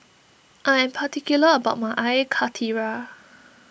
I am particular about my Air Karthira